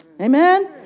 Amen